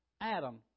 Adam